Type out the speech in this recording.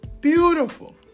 Beautiful